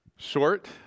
short